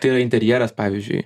tai yra interjeras pavyzdžiui